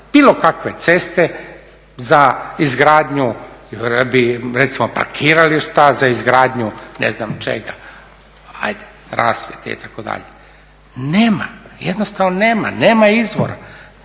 bilo kakve ceste za izgradnju radi recimo parkirališta, za izgradnju ne znam čega hajde rasvjete itd. Nema, jednostavno nema, nema izvora.